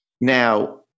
Now